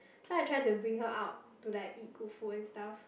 so I try to bring her out to like eat good food and stuff